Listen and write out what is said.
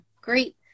great